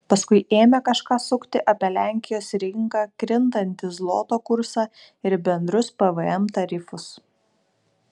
paskui ėmė kažką sukti apie lenkijos rinką krintantį zloto kursą ir bendrus pvm tarifus